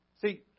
See